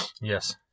Yes